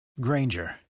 Granger